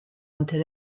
unter